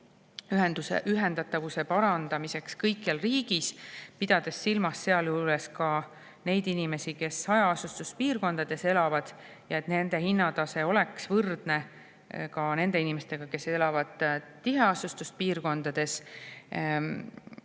ühendatuse parandamine kõikjal riigis, pidades sealjuures silmas ka neid inimesi, kes elavad hajaasustuspiirkondades, et nende hinnatase oleks võrdne nende inimestega, kes elavad tiheasustuspiirkondades.